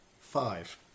five